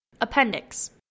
Appendix